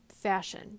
fashion